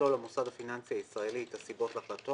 יכלול המוסד הפיננסי הישראלי את הסיבות להחלטתו